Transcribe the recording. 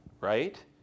right